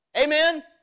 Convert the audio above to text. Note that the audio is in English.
Amen